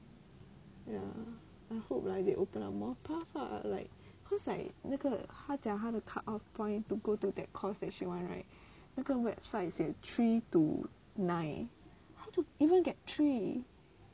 yeah I hope like they open up more path ah like cause like 那个他讲他的 cut off point to go to that course that she want right 那个 website 写 three to nine how to even get three